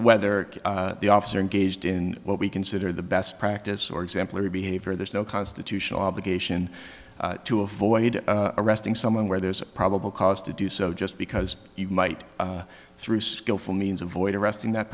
whether the officer engaged in what we consider the best practice or exemplary behavior there's no constitutional obligation to avoid arresting someone where there's a probable cause to do so just because you might through skillful means avoid arresting that